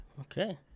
Okay